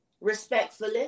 respectfully